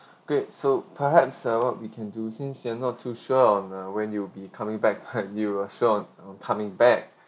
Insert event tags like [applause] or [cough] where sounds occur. great so perhaps uh what we can do since they're not too sure on uh when you will be coming back and you will sure of on coming back [breath]